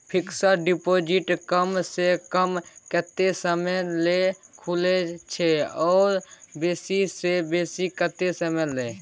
Fixed deposit कम स कम कत्ते समय ल खुले छै आ बेसी स बेसी केत्ते समय ल?